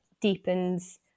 deepens